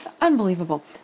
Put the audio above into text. unbelievable